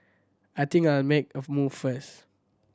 I think I'll make a move first